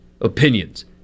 opinions